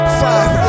five